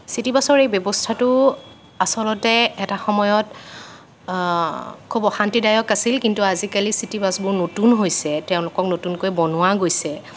চিটিবাছৰ এই ব্যৱস্থাটো আচলতে এটা সময়ত খুব অশান্তিদায়ক আছিল কিন্তু আজিকালি চিটিবাছবোৰ নতুন হৈছে তেওঁলোকক নতুনকৈ বনোৱা গৈছে